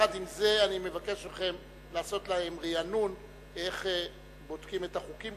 עם זה אני מבקש מכם לעשות להם רענון איך בודקים את החוקים,